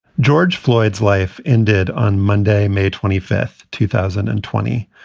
george floyd's life ended on monday, may twenty fifth, two thousand and twenty.